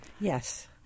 Yes